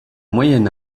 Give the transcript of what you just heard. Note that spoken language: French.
moyen